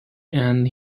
and